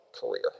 career